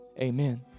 amen